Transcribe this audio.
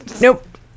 Nope